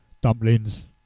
dumplings